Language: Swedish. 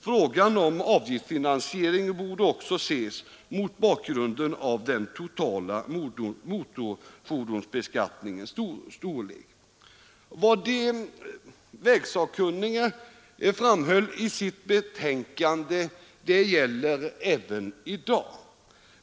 Frågan om avgiftsfinansiering borde också ses mot bakgrunden av den totala motorfordonsbeskattningens storlek. Vad de vägsakkunniga i sitt betänkande framhöll gäller även i dag.